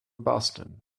boston